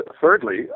thirdly